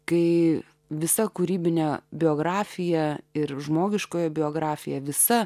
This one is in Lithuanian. kai visa kūrybine biografija ir žmogiškojo biografija visa